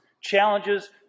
challenges